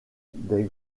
des